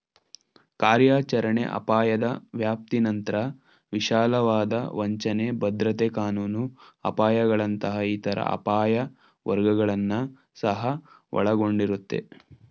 ಕಾರ್ಯಾಚರಣೆ ಅಪಾಯದ ವ್ಯಾಪ್ತಿನಂತ್ರ ವಿಶಾಲವಾದ ವಂಚನೆ, ಭದ್ರತೆ ಕಾನೂನು ಅಪಾಯಗಳಂತಹ ಇತರ ಅಪಾಯ ವರ್ಗಗಳನ್ನ ಸಹ ಒಳಗೊಂಡಿರುತ್ತೆ